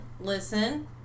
listen